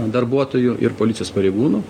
darbuotojų ir policijos pareigūnų